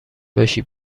باشی